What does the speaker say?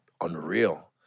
unreal